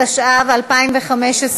התשע"ו 2015,